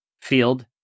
field